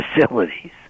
facilities